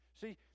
See